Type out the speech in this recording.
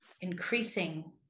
increasing